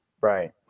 Right